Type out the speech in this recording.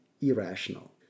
irrational